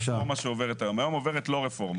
היום עוברת לא רפורמה.